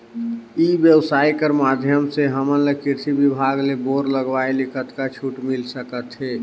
ई व्यवसाय कर माध्यम से हमन ला कृषि विभाग ले बोर लगवाए ले कतका छूट मिल सकत हे?